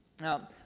Now